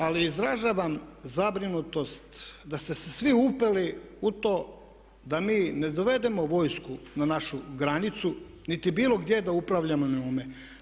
Ali izražavam zabrinutost da ste se svi upeli u to da mi ne dovedemo vojsku na našu granicu niti bilo gdje da upravljamo njome.